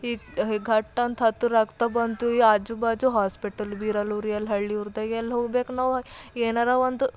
ಈಗ ಈಗ ಘಟ್ ಅಂತ ಹತ್ತಿ ರಕ್ತ ಬಂತು ಈ ಆಜು ಬಾಜು ಹಾಸ್ಪಿಟಲ್ ಬಿ ಇರಲ್ಲ ರೀ ಅಲ್ಲಿ ಹಳ್ಳಿ ಊರ್ದಾಗೆ ಎಲ್ಲಿ ಹೋಗ್ಬೇಕು ನಾವು ಏನಾರೂ ಒಂದು